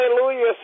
Hallelujah